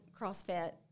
CrossFit